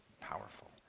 powerful